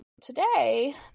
Today